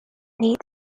need